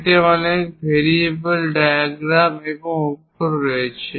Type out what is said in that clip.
এতে অনেক variable diagram এবং অক্ষর রয়েছে